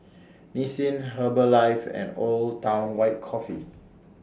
Nissin Herbalife and Old Town White Coffee